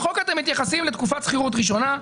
בחוק אתם מתייחסים לתקופת שכירות ראשונה,